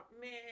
man